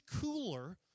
cooler